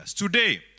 Today